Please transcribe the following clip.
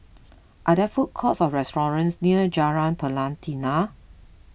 are there food courts or restaurants near Jalan Pelatina